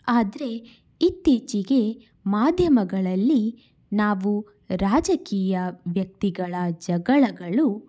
ಆದರೆ ಇತ್ತೀಚಿಗೆ ಮಾಧ್ಯಮಗಳಲ್ಲಿ ನಾವು ರಾಜಕೀಯ ವ್ಯಕ್ತಿಗಳ ಜಗಳಗಳು